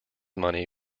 money